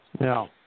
No